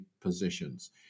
positions